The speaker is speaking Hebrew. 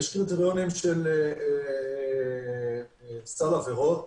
יש קריטריונים של סל עבירות,